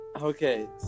okay